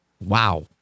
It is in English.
wow